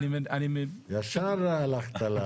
ישר הלכת.